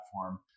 platform